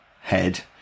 head